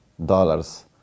dollars